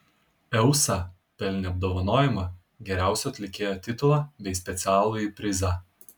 eusa pelnė apdovanojimą geriausio atlikėjo titulą bei specialųjį prizą